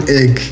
egg